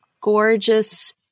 gorgeous